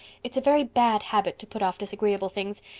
it's a very bad habit to put off disagreeable things,